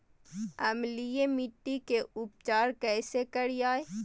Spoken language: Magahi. अम्लीय मिट्टी के उपचार कैसे करियाय?